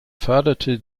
förderte